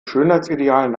schönheitsidealen